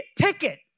ticket